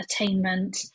attainment